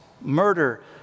murder